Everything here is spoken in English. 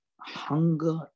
Hunger